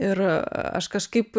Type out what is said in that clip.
ir aš kažkaip